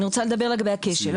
אני רוצה רק לדבר לגבי הכשל.